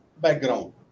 background